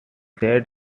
said